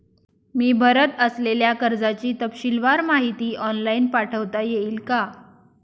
मी भरत असलेल्या कर्जाची तपशीलवार माहिती ऑनलाइन पाठवता येईल का?